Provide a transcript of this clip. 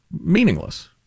meaningless